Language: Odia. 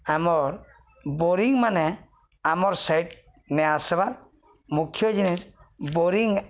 ଆମର୍ ବୋରିଂମାନେ ଆମର୍ ସାଇଟ୍ ନେଇ ଆସିବାର୍ ମୁଖ୍ୟ ଜିନିଷ୍ ବୋରିଂ